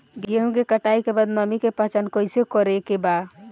गेहूं कटाई के बाद नमी के पहचान कैसे करेके बा?